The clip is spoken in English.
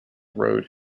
road